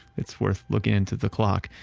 it's worth looking into the clock,